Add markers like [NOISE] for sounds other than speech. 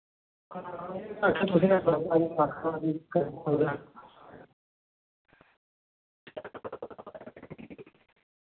[UNINTELLIGIBLE]